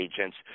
agents